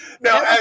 Now